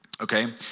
Okay